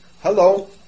Hello